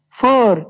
four